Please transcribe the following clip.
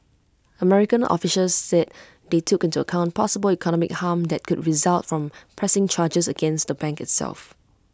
American officials said they took into account possible economic harm that could result from pressing charges against the bank itself